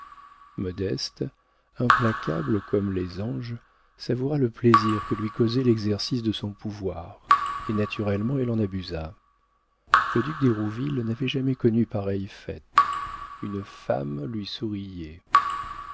modeste implacable comme les anges savoura le plaisir que lui causait l'exercice de son pouvoir et naturellement elle en abusa le duc d'hérouville n'avait jamais connu pareille fête une femme lui souriait